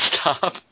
stop